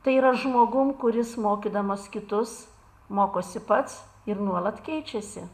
tai yra žmogum kuris mokydamas kitus mokosi pats ir nuolat keičiasi